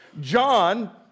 john